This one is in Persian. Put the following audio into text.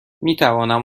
میتوانم